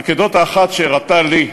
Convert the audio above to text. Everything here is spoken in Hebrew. אנקדוטה אחת שהראתה לי,